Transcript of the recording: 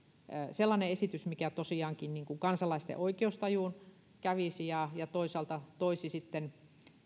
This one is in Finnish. sellainen esitys mikä tosiaankin kansalaisten oikeustajuun kävisi ja ja toisaalta toisi sitten